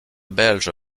belge